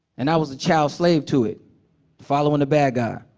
and i was a child slave to it following the bad guy.